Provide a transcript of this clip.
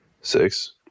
Six